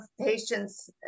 patients